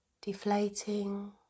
deflating